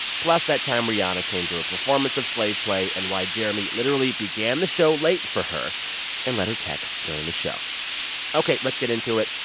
plus, that time rihanna came to a performance of slave play and why jeremy literally began the show late for her and let her text during the show ok, let's get into it.